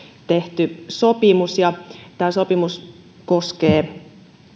tehty sopimus tämä sopimus koskee